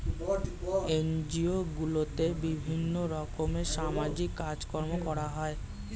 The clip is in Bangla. এনজিও গুলোতে বিভিন্ন রকমের সামাজিক কাজকর্ম করা হয়